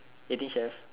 eighteen chef